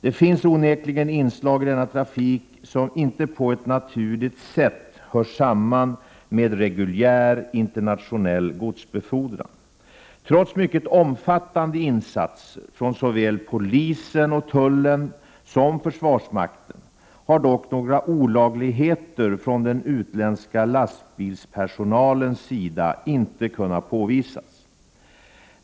Det finns onekligen inslag i denna trafik som inte på ett naturligt sätt hör samman med reguljär internationell godsbefordran. Trots mycket omfattande insatser från såväl polisen och tullen som försvarsmakten har dock några olagligheter från den utländska lastbilspersonalens sida inte kunnat påvisas.